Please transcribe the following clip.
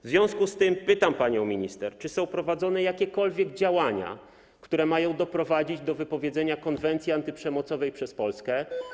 W związku z tym pytam panią minister: Czy są prowadzone jakiekolwiek działania, które mają doprowadzić do wypowiedzenia konwencji antyprzemocowej przez Polskę?